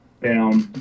Down